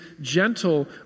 gentle